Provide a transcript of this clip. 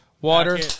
water